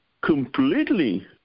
completely